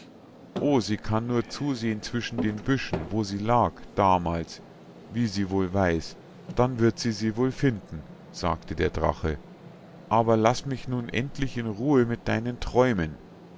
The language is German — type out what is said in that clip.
o sie kann nur zusehen zwischen den büschen wo sie lag damals wie sie wohl weiß dann wird sie sie wohl finden sagte der drache aber laß mich nun endlich in ruhe mit deinen träumen